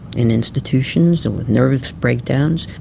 in institutions with nervous breakdowns,